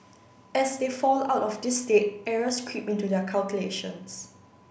as they fall out of this state errors creep into their calculations